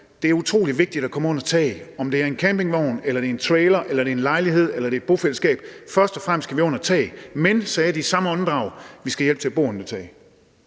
Det er utrolig vigtigt at komme under tag, uanset om det er i en campingvogn, i en trailer, i en lejlighed eller i et bofællesskab; først og fremmest skal vi under tag. Men – sagde de i samme åndedrag – vi skal have hjælp til at bo under det